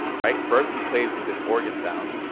right? first, he plays with this organ sound